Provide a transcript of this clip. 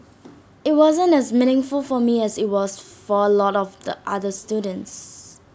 IT wasn't as meaningful for me as IT was for A lot of the other students